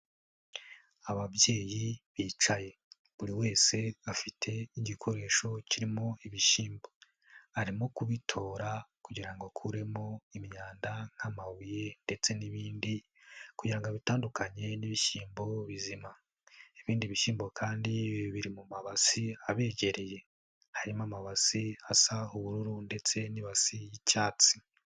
Ababyeyi bicaye buri wese afite igikoresho kirimo ibishyimbo. Arimo kubitora kugira ngo akuremo imyanda nk'amabuye ndetse n'ibindi kugira ngo abitandukanye n'ibishyimbo bizima. Ibindi bishyimbo kandi biri mu mabasi abegereye, harimo amabasi asa ubururu ndetse n'ibasi y'icyatsi.